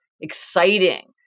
exciting